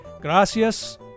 Gracias